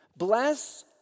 Bless